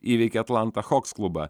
įveikė atlanta hogs klubą